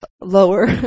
lower